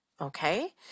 okay